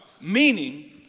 Meaning